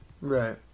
Right